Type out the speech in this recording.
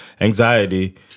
anxiety